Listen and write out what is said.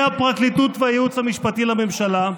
הפרקליטות והייעוץ המשפטי לממשלה.